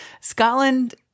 Scotland